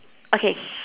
okay